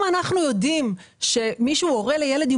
אם אנחנו יודעים מישהו הורה לילד עם